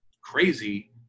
crazy